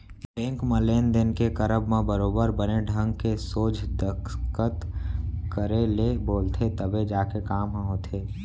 bank म लेन देन के करब म बरोबर बने ढंग के सोझ दस्खत करे ले बोलथे तब जाके काम ह होथे